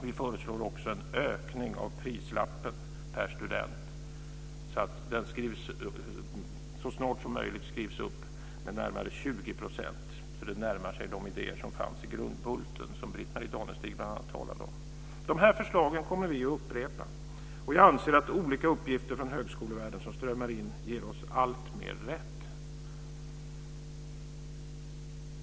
Vi föreslår också en höjning av beloppet på prislappen för varje student, så att det så snart som möjligt blir en höjning med närmare 20 %. Då kan beloppet närma sig de idéer som fanns i Grundbulten, som Britt-Marie Danestig talade om. De förslagen kommer vi att upprepa. Olika uppgifter som strömmar in från högskolevärlden ger oss alltmer rätt.